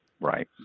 Right